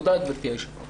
תודה, גברתי היושבת-ראש.